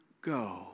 go